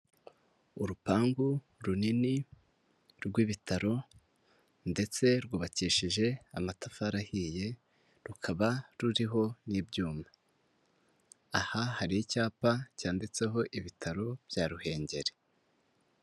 Urupangu runini rw'ibitaro ndetse rwubakishije amatafari ahiye, rukaba ruriho n'ibyuma, aha hari icyapa cyanditseho ibitaro bya Ruhengeri.